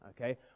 Okay